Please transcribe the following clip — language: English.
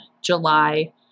July